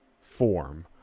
form